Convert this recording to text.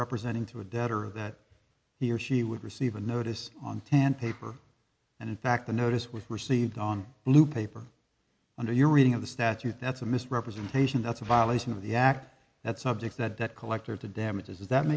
representing to a debtor that he or she would receive a notice on ten paper and in fact the notice was received on blue paper under your reading of the statute that's a misrepresentation that's a violation of the act that subject that debt collector to damages